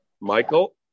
Michael